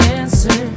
answer